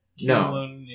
No